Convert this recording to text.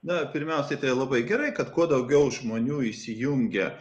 na pirmiausiai tai labai gerai kad kuo daugiau žmonių įsijungia